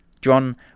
John